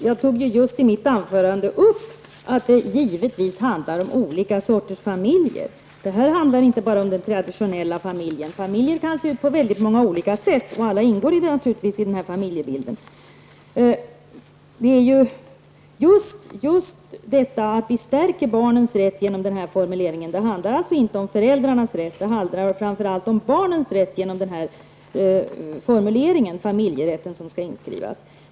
Fru talman! Jag tog i mitt anförande upp att det givetvis handlar om olika sorters familjer. Det här handlar inte bara om den traditionella familjen. Familjer kan se ut på väldigt många olika sätt, och alla ingår naturligtvis i familjebegreppet. Det är fråga om att vi vill stärka just barnens rätt genom att skriva in formuleringen om familjerätten -- det handlar alltså inte om föräldrarnas rätt utan om barnens rätt.